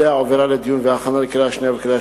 שאליה הועברה לדיון ולהכנה לקריאה שנייה ולקריאה